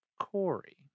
Corey